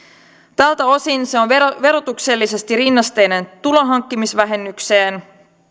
tältä osin se on verotuksellisesti rinnasteinen tulonhankkimisvähennykseen